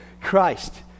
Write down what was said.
Christ